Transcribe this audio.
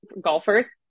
golfers